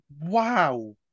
wow